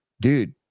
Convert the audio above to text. dude